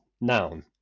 noun